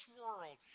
world